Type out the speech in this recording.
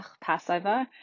Passover